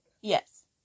Yes